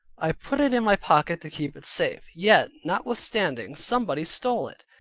i put it in my pocket to keep it safe. yet notwithstanding, somebody stole it,